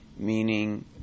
meaning